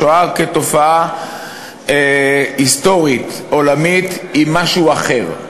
השואה כתופעה היסטורית עולמית היא משהו אחר.